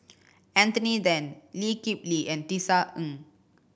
Anthony Then Lee Kip Lee and Tisa Ng